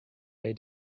they